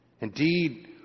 Indeed